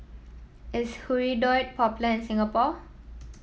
is Hirudoid popular in Singapore